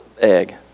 egg